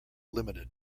limited